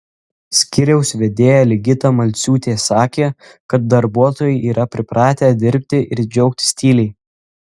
skyriaus vedėja ligita malciūtė sakė kad darbuotojai yra pripratę dirbti ir džiaugtis tyliai